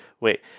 Wait